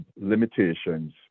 limitations